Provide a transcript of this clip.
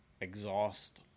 exhaust